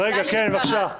ודאי שקרה.